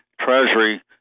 Treasury